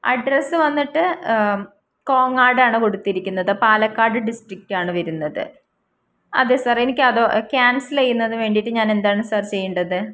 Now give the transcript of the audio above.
address വന്നിട്ട് കോങ്ങാടാണ് കൊടുത്തിരിക്കുന്നത് പാലക്കാട് ഡിസ്ട്രിക്റ്റാണ് വരുന്നത് അതെ സാർ എനിക്കത് ക്യാൻസൽ ചെയ്യുന്നതിനുവേണ്ടിയിട്ട് ഞാനെന്താണ് സാർ ചെയ്യേണ്ടത്